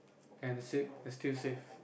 and still and still save